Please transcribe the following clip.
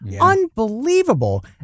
unbelievable